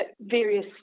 various